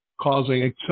causing